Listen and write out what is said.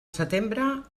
setembre